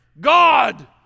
God